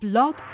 Blog